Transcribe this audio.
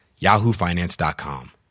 yahoofinance.com